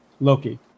Loki